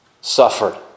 suffered